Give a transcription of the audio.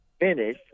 finish